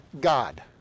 God